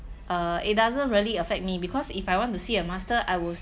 uh it doesn't really affect me because if I want to see a master I will